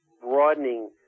broadening